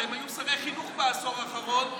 שהיו שרי חינוך בעשור האחרון,